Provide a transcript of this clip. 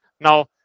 Now